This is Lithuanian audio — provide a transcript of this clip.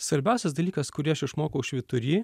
svarbiausias dalykas kurį aš išmokau švytury